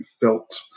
felt